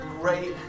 great